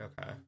Okay